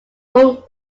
warm